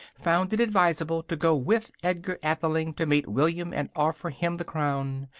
found it advisable to go with edgar atheling to meet william and offer him the crown.